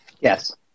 yes